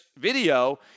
video